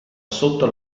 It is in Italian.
sotto